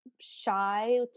shy